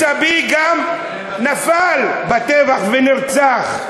סבי גם נפל בטבח ונרצח.